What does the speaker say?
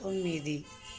తొమ్మిది